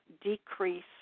decrease